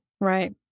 Right